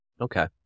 Okay